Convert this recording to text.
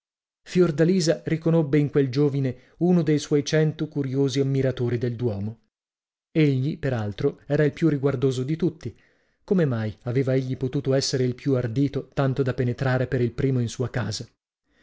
d'allora fiordalisa riconobbe in quel giovine uno dei suoi cento curiosi ammiratori del duomo egli per altro era il più riguardoso di tutti come mai aveva egli potuto essere il più ardito tanto da penetrare per il primo in sua casa